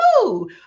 Woo